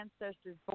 ancestors